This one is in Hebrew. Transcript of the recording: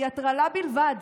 היא הטרלה בלבד